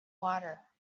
water